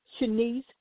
Shanice